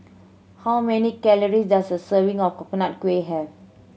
how many calories does a serving of Coconut Kuih have